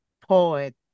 poet